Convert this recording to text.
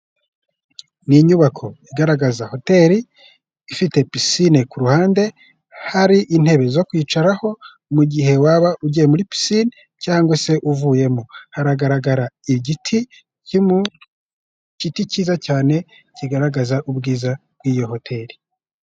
Ni inyubako igaragaza hoteri ifite pisine ku ruhande, hari intebe zo kwicaraho mu gihe waba ugiye muri pisine cyangwa se uvuyemo, hagaragara igiti cyiza cyane kigaragaza ubwiza bw'iyo hoteri.